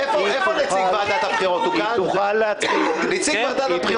נציג ועדת הבחירות נמצא כאן?